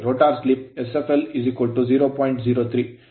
5 hertz ಆಗಿರುತ್ತದೆ